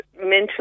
mentally